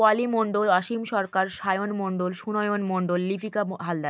পলি Mondal Asim Sarkar Sayan Mondal Sunayan Mondal Lipika Haldar